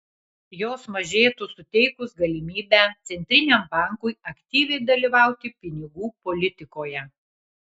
jos mažėtų suteikus galimybę centriniam bankui aktyviai dalyvauti pinigų politikoje